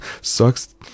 Sucks